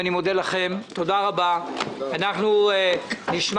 אבל בעזרת השם הנגזרת אם נשתמש